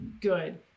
good